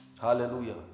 hallelujah